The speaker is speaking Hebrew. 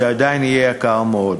שעדיין יהיה יקר מאוד.